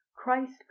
Christ